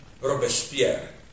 Robespierre